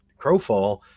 Crowfall